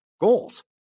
goals